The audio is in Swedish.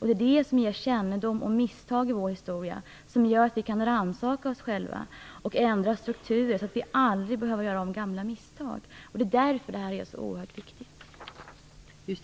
Det är det som ger kännedom om misstag i vår historia som gör att vi kan rannsaka oss själva och ändra strukturer så att vi aldrig behöver göra om gamla misstag. Det är därför detta är så oerhört viktigt.